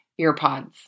earpods